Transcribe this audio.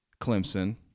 Clemson